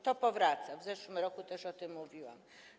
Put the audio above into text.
To powraca, w zeszłym roku też o tym mówiłam.